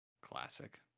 Classic